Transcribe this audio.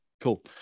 Cool